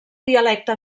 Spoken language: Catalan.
dialecte